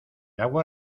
agua